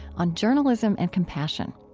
on journalism and compassion.